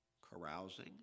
Carousing